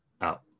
out